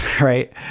right